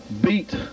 beat